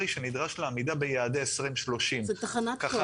שנדרש לעמידה ביעדי 2030. זו תחנת כוח.